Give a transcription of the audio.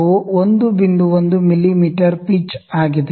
1 ಮಿಮೀ ಪಿಚ್ ಆಗಿದೆ